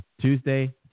Tuesday